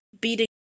beating